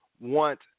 Want